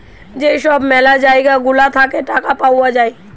যেই সব ম্যালা জায়গা গুলা থাকে টাকা পাওয়া যায়